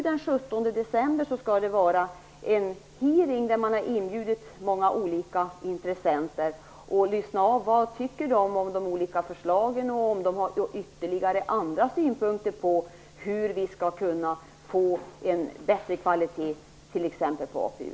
Den 17 december skall det genomföras en hearing, till vilken man har inbjudit många olika intressenter för att höra vad de tycker om de olika förslagen och om de har tillkommande synpunkter på hur vi skall kunna få en bättre kvalitet på t.ex. APU.